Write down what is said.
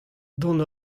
dont